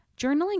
journaling